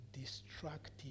destructive